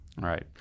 right